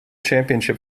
championship